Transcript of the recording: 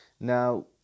Now